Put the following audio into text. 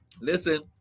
listen